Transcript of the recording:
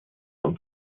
und